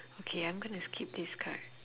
okay I'm gonna skip this card